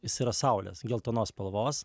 jis yra saulės geltonos spalvos